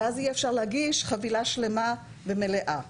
ואז יהיה אפשר להגיש חבילה שלמה ומלאה.